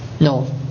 No